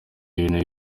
ibintu